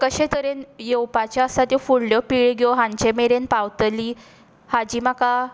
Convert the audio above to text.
कशे तरेन येवपाच्यो आसा त्यो फुडल्यो पिळग्यो हांचे मेरेन पावतली हाची म्हाका